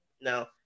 No